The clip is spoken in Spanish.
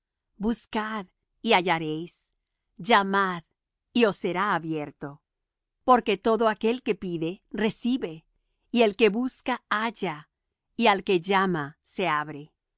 buscad y hallaréis llamad y os será abierto porque todo aquel que pide recibe y el que busca halla y al que llama se abre